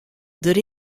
der